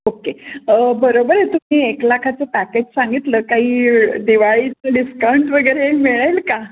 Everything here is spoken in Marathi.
ओके बरोबर आहे तुम्ही एक लाखाचं पॅकेज सांगितलंत काही दिवाळीचं डिस्काउंट वगैरे मिळेल का